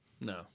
No